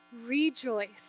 Rejoice